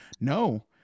No